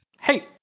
Hey